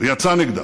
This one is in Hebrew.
ויצא נגדה.